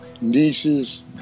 nieces